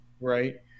right